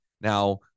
Now